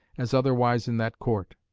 as otherwise in that court.